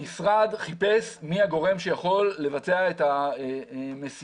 המשרד חיפש מי הגורם שיכול לבצע את המשימה